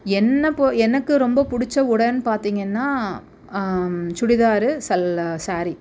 என்னை பொ எனக்கு ரொம்ப பிடிச்ச உடைன்னு பார்த்தீங்கன்னா சுடிதாரு சல் சேரீ